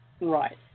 Right